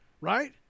right